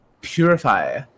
Purify